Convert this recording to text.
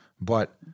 But-